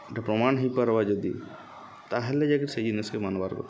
ଇଟା ପ୍ରମାଣ୍ ହେଇପାର୍ବା ଯଦି ତା'ହେଲେ ଯାଇକି ସେଇ ଜିନିଷ୍କେ ମାନ୍ବାର୍ କଥା